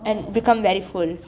and become very full